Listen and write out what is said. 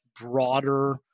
broader